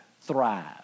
thrive